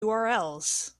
urls